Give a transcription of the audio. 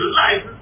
life